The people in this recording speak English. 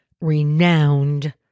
renowned